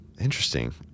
Interesting